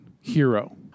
hero